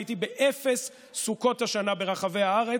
הייתי באפס סוכות השנה ברחבי הארץ,